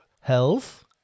health